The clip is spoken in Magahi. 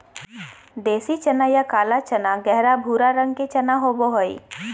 देसी चना या काला चना गहरा भूरा रंग के चना होबो हइ